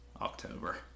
October